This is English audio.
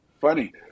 Funny